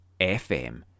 FM